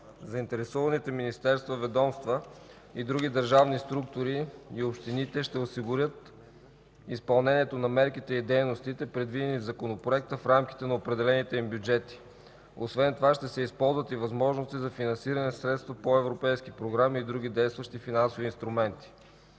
Заинтересованите министерства, ведомства и други държавни структури и общините ще осигуряват изпълнението на мерките и дейностите, предвидени в Законопроекта, в рамките на определените им бюджети. Освен това ще се използват и възможностите за финансиране със средства по европейските програми и други действащи финансови инструменти.